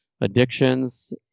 addictions